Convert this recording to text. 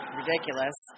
ridiculous